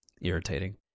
irritating